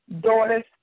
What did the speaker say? daughters